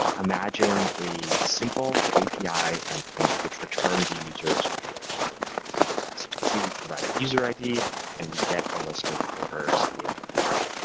imagine a simple api endpoint, which returns a user's orders. as you can see, we provide a user id and we get a list of orders in return.